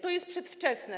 To jest przedwczesne.